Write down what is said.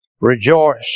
Rejoice